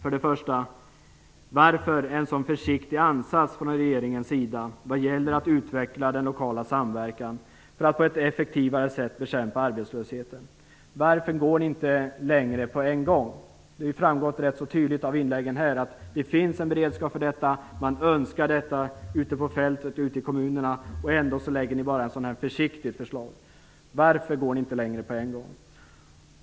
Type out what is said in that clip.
För det första: Varför en sådan försiktig ansats från regeringens sida när det gäller att utveckla den lokala samverkan för att på ett effektivare sätt bekämpa arbetslösheten? Varför går man inte längre på en gång? Det har framgått rätt så tydligt av inläggen här att det finns en beredskap för detta. Man önskar detta ute på fältet och ute i kommunerna. Ändå läggs bara ett så här pass försiktig förslag fram. Varför går regeringen inte längre på en gång?